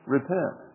Repent